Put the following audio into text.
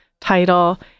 title